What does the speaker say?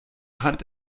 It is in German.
hand